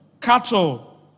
cattle